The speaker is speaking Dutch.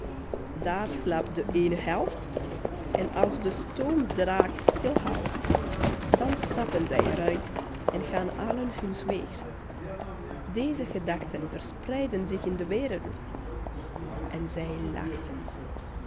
daar slaapt de eene helft en als de stoomdraak stilhoudt dan stappen zij er uit en gaan allen huns weegs deze gedachten verspreiden zich in de wereld en zij